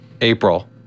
April